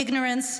ignorance,